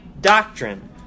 doctrine